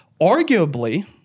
arguably